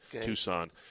Tucson